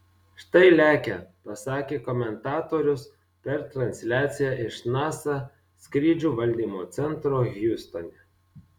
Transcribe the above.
štai lekia pasakė komentatorius per transliaciją iš nasa skrydžių valdymo centro hjustone